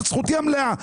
זאת זכותי המלאה.